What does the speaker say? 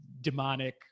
Demonic